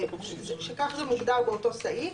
כך זה מוגדר באותו סעיף.